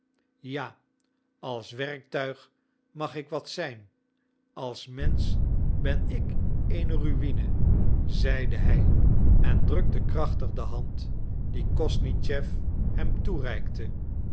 ja als werktuig mag ik wat zijn als mensch ben ik eene ruïne zeide hij en drukte krachtig de hand die kosnischew hem toereikte